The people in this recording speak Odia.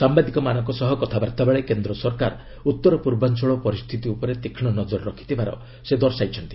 ସାମ୍ଭାଦିକମାନଙ୍କ ସହ କଥାବାର୍ତ୍ତାବେଳେ କେନ୍ଦ୍ର ସରକାର ଉତ୍ତର ପୂର୍ବାଞ୍ଚଳ ପରିସ୍ଥିତି ଉପରେ ତୀକ୍ଷଣ ନଜର ରଖିଥିବାର ସେ ଦର୍ଶାଇଛନ୍ତି